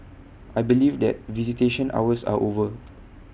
I believe that visitation hours are over